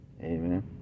Amen